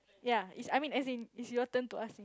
ya is I mean as in it's your turn to ask